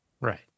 Right